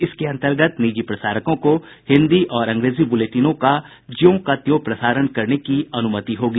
इसके अंतर्गत निजी प्रसारकों को हिन्दी और अंग्रेजी बुलेटिनों का ज्यों का त्यों प्रसारण करने की अनुमति होगी